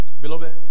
Beloved